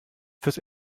fürs